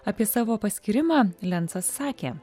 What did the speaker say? apie savo paskyrimą lencas sakė